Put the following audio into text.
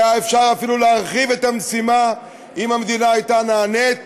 היה אפשר אפילו להרחיב את המשימה אם המדינה הייתה נענית